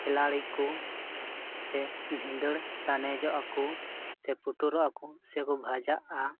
ᱠᱷᱤᱞᱟᱲᱤ ᱠᱚ ᱥᱮ ᱵᱷᱤᱸᱫᱟᱹᱲ ᱛᱟᱱᱮᱡᱚᱜᱼᱟ ᱠᱚ ᱥᱮ ᱯᱩᱴᱩᱨᱚᱜᱼᱟ ᱠᱚ ᱥᱮᱠᱚ ᱵᱟᱡᱟᱜᱼᱟ